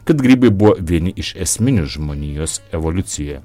kad grybai buvo vieni iš esminių žmonijos evoliucijoje